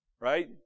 Right